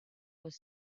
was